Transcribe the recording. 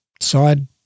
side